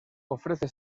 ofrece